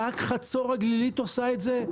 רק חצור הגלילית עושה את זה?